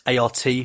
ART